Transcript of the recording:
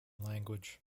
language